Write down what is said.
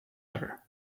other